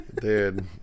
Dude